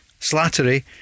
Slattery